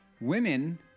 Women